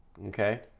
okay?